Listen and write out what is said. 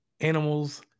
animals